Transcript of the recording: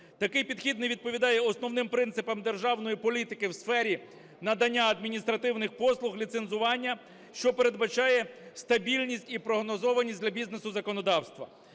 Такий підхід не відповідає основним принципам державної політики в сфері надання адміністративних послуг ліцензування, що передбачає стабільність і прогнозованість для бізнесу законодавства.